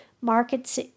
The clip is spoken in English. markets